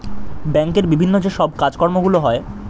ব্যাংকের বিভিন্ন যে সব কাজকর্মগুলো হয়